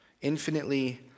infinitely